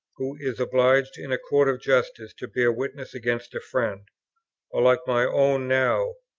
who is obliged in a court of justice to bear witness against a friend or like my own now,